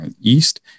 east